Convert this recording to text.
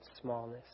smallness